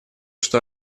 что